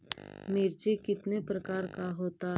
मिर्ची कितने प्रकार का होता है?